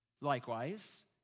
Likewise